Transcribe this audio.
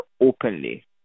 openly